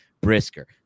Brisker